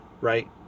right